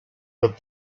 that